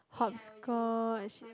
hopscotch